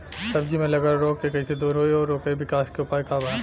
सब्जी में लगल रोग के कइसे दूर होयी और ओकरे विकास के उपाय का बा?